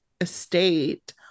estate